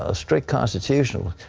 ah strict constitutionalist.